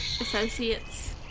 Associates